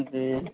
जी